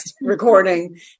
recording